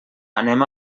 anem